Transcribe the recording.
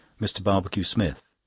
mr. barbecue-smith.